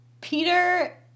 Peter